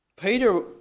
Peter